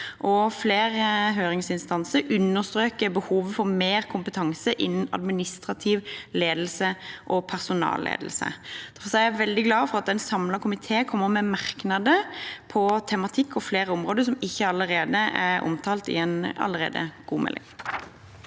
Flere høringsinstanser understreker behovet for mer kompetanse innen administrativ ledelse og personalledelse. Jeg er veldig glad for at en samlet komité kommer med merknader om tematikk og flere områder som ikke allerede er omtalt, i en allerede god melding.